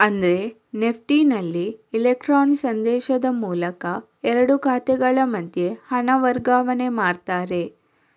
ಅಂದ್ರೆ ನೆಫ್ಟಿನಲ್ಲಿ ಇಲೆಕ್ಟ್ರಾನ್ ಸಂದೇಶದ ಮೂಲಕ ಎರಡು ಖಾತೆಗಳ ಮಧ್ಯೆ ಹಣ ವರ್ಗಾವಣೆ ಮಾಡ್ತಾರೆ